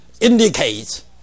indicates